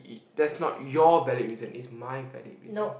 that's not your valid reason it's my valid reason